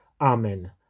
Amen